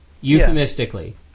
euphemistically